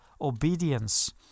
obedience